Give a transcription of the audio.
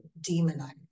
demonized